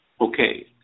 Okay